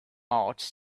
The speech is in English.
out